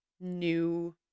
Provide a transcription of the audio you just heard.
new